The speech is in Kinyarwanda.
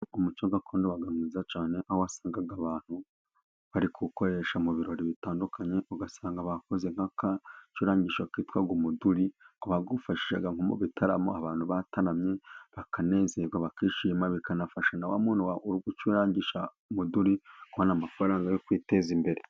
Umuco gakondo uba mwiza cyane, aho wasangaga abantu bariwukoresha mu birori bitandukanye, ugasanga bakoze nk'agacurangisho kitwa umuduri, wafashaga mu bitaramo abantu bataramye, bakanezerwa bakishima, bikanafasha na wa muntu wa uri gucurangisha umuduri, kubona amafaranga yo kwiteza imbere.